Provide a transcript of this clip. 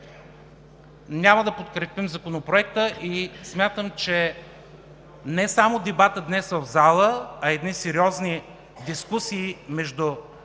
Няма да подкрепим Законопроекта и смятам, че не само дебатът днес в залата, нужни са сериозни дискусии между